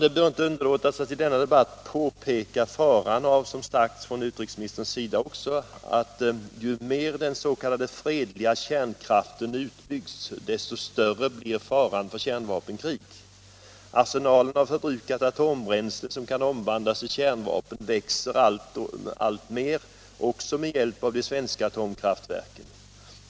Det bör inte underlåtas att i denna debatt påpeka faran av att, som också utrikesministern sagt, ju mera den s.k. fredliga kärnkraften utbyggs, desto större blir faran för kärnvapenkrig. Arsenalen av förbrukat atombränsle som kan omvandlas till kärnvapen växer alltmer, också med hjälp av de svenska atomkraftverken.